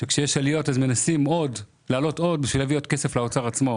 שכשיש עליות אז מנסים להעלות עוד בשביל להביא עוד כסף לאוצר עצמו.